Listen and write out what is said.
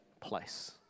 place